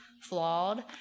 flawed—